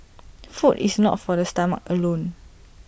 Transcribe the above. food is not for the stomach alone